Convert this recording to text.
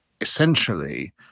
essentially